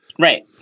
right